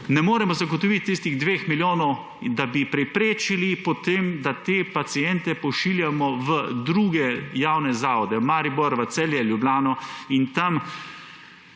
ne moremo zagotoviti tistih dveh milijonov, da bi preprečili potem, da te paciente pošiljamo v druge javne zavode v Maribor, Celje, Ljubljano in tam